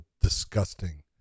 disgusting